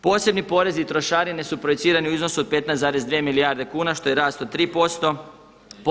Posebni porezi i trošarine su projicirani u iznosu od 15,2 milijarde kuna što je rast od 3 posto.